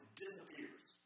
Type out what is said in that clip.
disappears